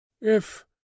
If